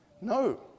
No